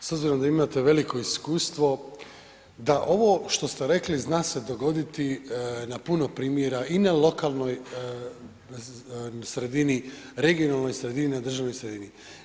S obzirom da imate veliko iskustvo, da ovo što se rekli, zna se dogoditi na puno primjera i na lokalnoj sredini, regionalnoj sredini, na državnoj sredini.